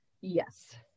Yes